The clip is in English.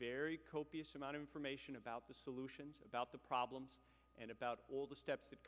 very copious amount of information about the solutions about the problems and about all the steps that